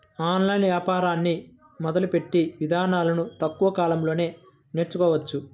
online వ్యాపారాన్ని మొదలుపెట్టే ఇదానాలను తక్కువ కాలంలోనే నేర్చుకోవచ్చు